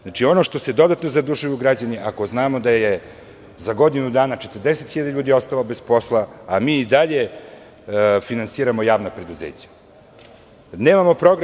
Znači, ono što se dodatno zadužuju građani, ako znamo da je za godinu dana 40 hiljada ljudi ostalo bez posla a mi i dalje finansiramo javna preduzeća, nije u redu.